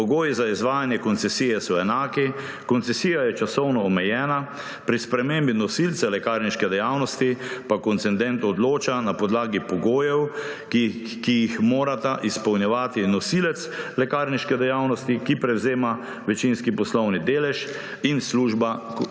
pogoji za izvajanje koncesije so enaki, koncesija je časovno omejena, pri spremembi nosilca lekarniške dejavnosti pa koncedent odloča na podlagi pogojev, ki jih morata izpolnjevati nosilec lekarniške dejavnosti, ki prevzema večinski poslovni delež, in družba koncesionarka.